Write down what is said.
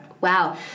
Wow